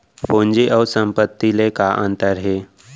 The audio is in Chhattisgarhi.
पूंजी अऊ संपत्ति ले का अंतर हे?